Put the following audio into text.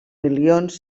milions